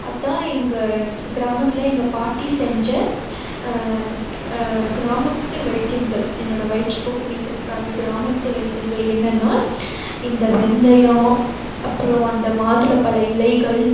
அதுதான் எங்க கிராமத்தில் எங்கள் பாட்டி செஞ்ச கிராமத்து வைத்தியங்கள் என்னோடய வயிற்றுப்போக்கு நீக்குறதுக்காக கிராமத்து வைத்தியங்கள் என்னனால் இந்த வெந்தயம் அப்புறம் அந்த மாதுளம்பழ இலைகள்